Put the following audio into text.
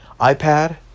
iPad